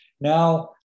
now